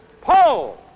Paul